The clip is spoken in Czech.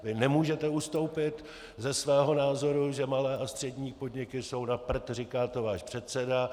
Vy nemůžete ustoupit ze svého názoru, že malé a střední podniky jsou na prd, říká to váš předseda.